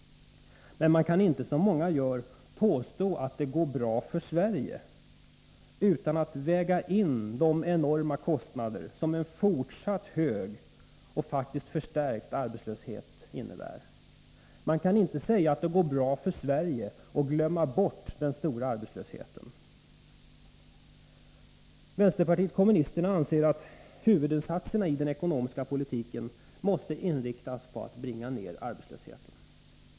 Men man kan inte, som många gör, påstå att det går bra för Sverige, utan att väga in de enorma kostnader som en fortsatt hög och förstärkt arbetslöshet innebär. Man kan inte säga att det går bra för Sverige och glömma bort den höga arbetslösheten. Vänsterpartiet kommunisterna anser att huvudinsatserna i den ekonomiska politiken måste inriktas på att bringa ned arbetslösheten.